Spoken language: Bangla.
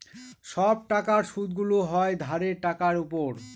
সব টাকার সুদগুলো হয় ধারের টাকার উপর